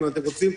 אם אתם רוצים,